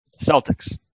Celtics